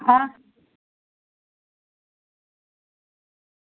हां